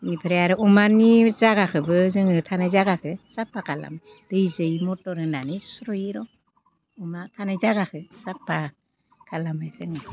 बेनिफ्राय आरो अमानि जागाखौबो जोङो थानाय जागाखौ साफा खालामो दैजों मटर होनानै सुस्र'योर' अमा थानाय जागाखौ साफा खालामो जोङो